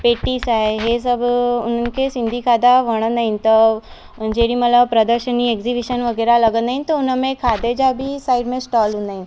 पेटीस आहे इहे सभु उन्हनि खे सिंधी खाधा वणंदा आहिनि त जेॾी महिल प्रदर्शनी एग्ज़िबीशन वग़ैरह लॻंदा आहिनि त हुनमें खाधे जा बि साइड में स्टॉल हूंदा आहिनि